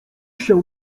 się